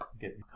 Get